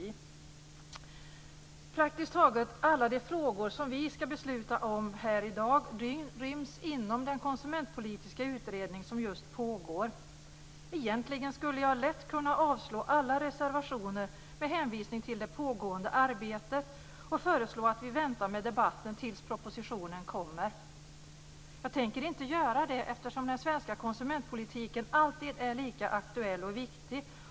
Praktiskt taget alla de frågor vi ska besluta om i dag ryms inom den konsumentpolitiska utredning som just nu pågår. Egentligen skulle jag lätt kunna yrka avslag på alla reservationer med hänvisning till det pågående arbetet och föreslå att vi väntar med debatten tills propositionen har lagts fram. Jag tänker inte göra det eftersom den svenska konsumentpolitiken alltid är lika aktuell och viktig.